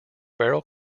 feral